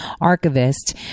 archivist